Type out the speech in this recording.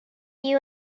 you